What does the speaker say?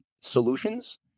solutions